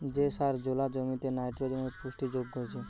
যে সার জোলা জমিতে নাইট্রোজেনের পুষ্টি যোগ করছে